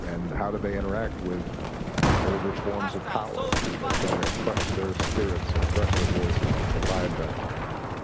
and how do they interact with older forms of power that try to crush their spirits and crush their voices and divide them and